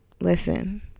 listen